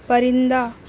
پرندہ